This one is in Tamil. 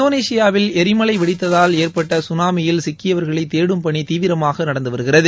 இந்தோனேஷியாவில் எரிமலை வெடித்ததால் ஏற்பட்ட கனாமியில் சிக்கியவர்களை தேடும் பணி தீவிரமாக நடந்துவருகிறது